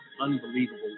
unbelievable